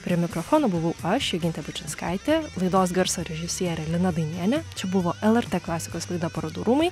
prie mikrofono buvau aš jogintė pučinskaitė laidos garso režisierė lina dainienė čia buvo lrt klasikos laida parodų rūmai